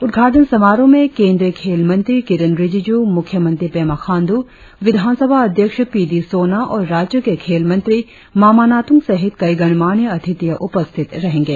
उद्घाटन समारोह में केंद्रीय खेल मंत्री किरेन रीजिजू मुख्यमंत्री पेमा खांडू विधानसभा अध्यक्ष पी डी सोना और राज्य के खेल मंत्री मामा नातुंग सहित कई गणमान्य अतिथियाँ उपस्थित रहेंगे